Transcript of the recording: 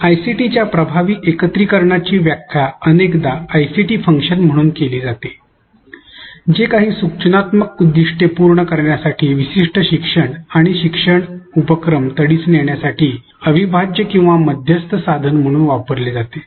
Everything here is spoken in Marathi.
आयसीटीच्या प्रभावी एकत्रीकरणाची व्याख्या अनेकदा आयसीटी फंक्शन म्हणून केली जाते जे काही सूचनात्मक उद्दीष्टे पूर्ण करण्यासाठी विशिष्ट शिक्षण आणि शिक्षण उपक्रम तडीस नेहण्यासाठी अविभाज्य किंवा मध्यस्थी साधन म्हणून वापरले जाते